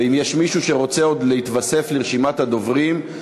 ואם יש מישהו שרוצה עוד להתווסף לרשימת הדוברים,